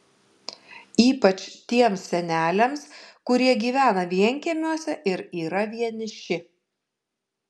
ypač tiems seneliams kurie gyvena vienkiemiuose ir yra vieniši